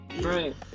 right